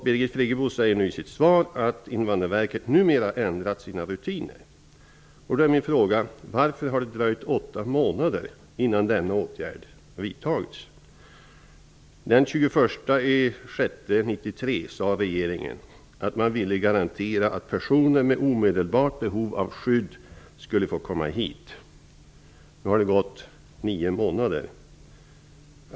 Birgit Friggebo sade i sitt svar att man numera har ändrat sina rutiner. Varför har det dröjt åtta månader innan denna åtgärd har vidtagits? Den 21 juni 1993 sade regeringen att man ville garantera att personer med omedelbart behov av skydd skulle få komma hit. Nu har det gått nio månader.